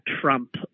Trump